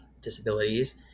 disabilities